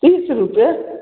तीस रुपैए